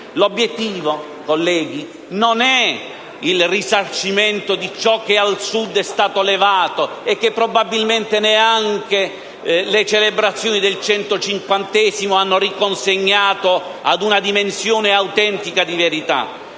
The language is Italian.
L'obiettivo, colleghi, non è il risarcimento di ciò che al Sud è stato levato e che probabilmente neanche le celebrazioni del 150° anniversario dell'Unità d'Italia hanno riconsegnato a una dimensione autentica di verità;